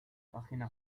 página